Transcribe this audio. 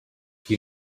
qui